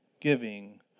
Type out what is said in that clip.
giving